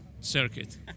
circuit